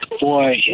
boy